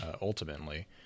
ultimately